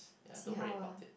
see how ah